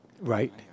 right